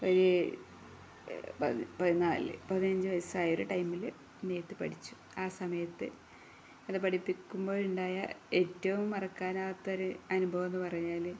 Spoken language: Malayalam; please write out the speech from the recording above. ഒരു പതിനാല് പതിനഞ്ച് വയസ്സായ ഒരു ടൈമില് നെയ്ത്ത് പഠിച്ചു ആ സമയത്ത് അത് പഠിപ്പിക്കുമ്പോഴുണ്ടായ ഏറ്റവും മറക്കാനാകാത്തൊരു അനുഭവമെന്ന് പറഞ്ഞാല്